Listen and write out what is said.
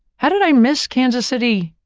how did i miss kansas city,